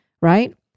right